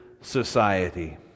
society